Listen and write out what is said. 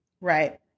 right